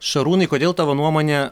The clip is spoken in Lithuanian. šarūnai kodėl tavo nuomone